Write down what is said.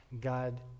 God